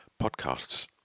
podcasts